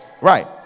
Right